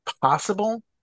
possible